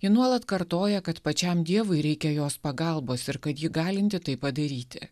ji nuolat kartoja kad pačiam dievui reikia jos pagalbos ir kad ji galinti tai padaryti